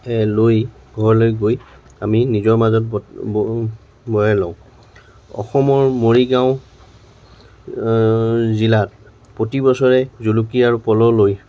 লৈ ঘৰলৈ গৈ আমি নিজৰ মাজত ব ব বৰাই লওঁ অসমৰ মৰিগাঁও জিলাত প্ৰতি বছৰে জুলুকি আৰু পল'লৈ